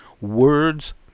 Words